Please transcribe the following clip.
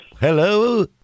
Hello